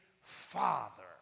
father